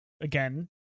again